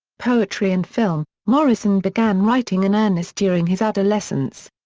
poetry and film morrison began writing in earnest during his adolescence.